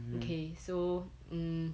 okay so um